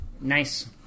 Nice